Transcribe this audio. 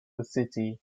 cities